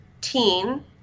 teen